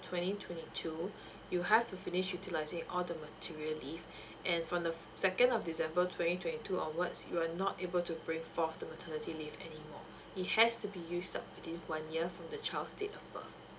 twenty twenty two you have to finish utilizing all the material leave and from the second of december twenty twenty two onwards you are not able to bring forward the maternity leave anymore it has to be used that within one year from the child's date of brith